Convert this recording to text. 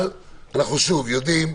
אבל אנחנו יודעים,